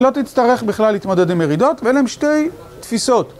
לא תצטרך בכלל להתמודד עם ירידות, ואלה הן שתי תפיסות.